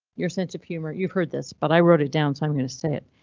your sense of humor. you heard this but i wrote it down so i'm going to say it.